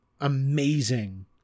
amazing